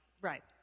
Right